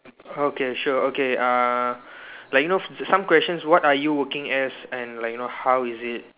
okay sure okay uh like you know some questions what are you working as and like you know how is it